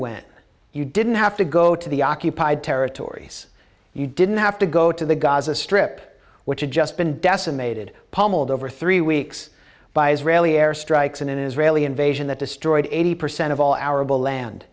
went you didn't have to go to the occupied territories you didn't have to go to the gaza strip which had just been decimated pummeled over three weeks by israeli air strikes in an israeli invasion that destroyed eighty percent of all arab a land